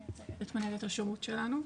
מייצגת את מנהלת השירות שלנו,